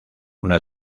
una